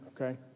okay